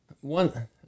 One